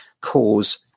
cause